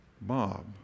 Bob